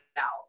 out